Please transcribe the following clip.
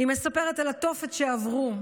היא מספרת על התופת שעברו,